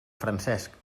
francesc